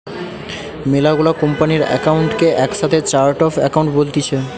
মেলা গুলা কোম্পানির একাউন্ট কে একসাথে চার্ট অফ একাউন্ট বলতিছে